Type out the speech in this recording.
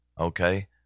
Okay